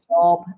job